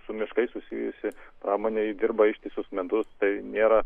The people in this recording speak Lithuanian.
su miškais susijusi pramonė dirba ištisus metus tai nėra